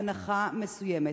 הנחה מסוימת.